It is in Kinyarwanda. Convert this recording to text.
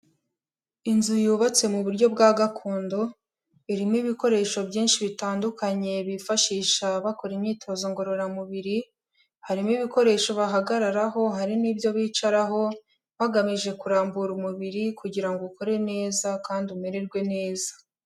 Inzu yubatse mu buryo bwa gakondo, irimo ibikoresho byinshi bitandukanye bifashisha bakora imyitozo ngororamubiri, harimo ibikoresho bahagararaho, hari n'ibyo bicaraho bagamije kurambura umubiri, kugira ngo ukore neza kandi umererwe neza.